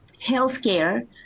Healthcare